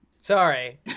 Sorry